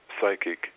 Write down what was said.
psychic